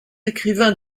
écrivain